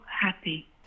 happy